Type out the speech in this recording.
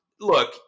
look